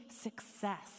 success